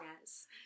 yes